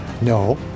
No